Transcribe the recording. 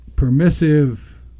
Permissive